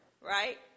right